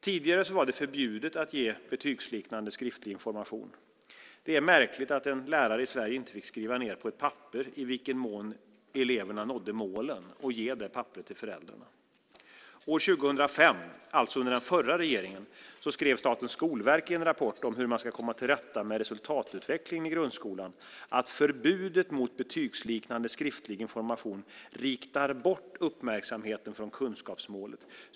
Tidigare var det förbjudet att ge betygsliknande skriftlig information. Det är märkligt att en lärare i Sverige inte fick skriva ned på ett papper i vilken mån eleverna nådde målen och ge det papperet till föräldrarna. År 2005, alltså under den förra regeringen, skrev Statens skolverk i en rapport om hur man ska komma till rätta med resultatutvecklingen i grundskolan att förbudet mot betygsliknande skriftlig information "riktar bort uppmärksamheten från kunskapsmålet .